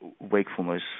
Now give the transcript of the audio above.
wakefulness